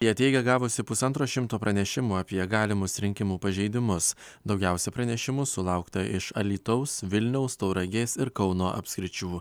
ji teigia gavusi pusantro šimto pranešimų apie galimus rinkimų pažeidimus daugiausia pranešimų sulaukta iš alytaus vilniaus tauragės ir kauno apskričių